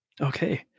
okay